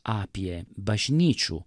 apie bažnyčių